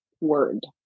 word